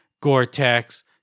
Gore-Tex